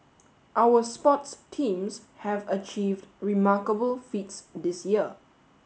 our sports teams have achieved remarkable feats this year